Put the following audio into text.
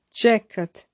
jacket